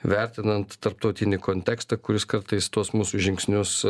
vertinant tarptautinį kontekstą kuris kartais tuos mūsų žingsnius